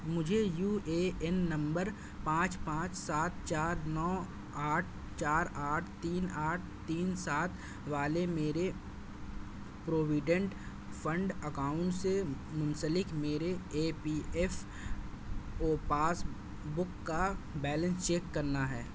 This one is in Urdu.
مجھے یو اے این نمبر پانچ پانچ سات چار نو آٹھ چار آٹھ تین آٹھ تین سات والے میرے پروویڈینٹ فنڈ اکاؤنٹ سے منسلک میرے E P F O passbook کا بیلینس چیک کرنا ہے